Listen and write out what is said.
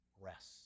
rest